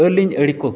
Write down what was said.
ᱟᱞᱤᱝ ᱟᱰᱤᱠᱚ